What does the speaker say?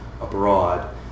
abroad